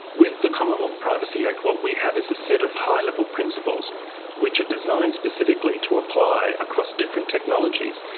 with the commonwealth privacy act what we have is a set of high-level principles which are designed specifically to apply across different technologies.